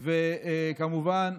וכמובן,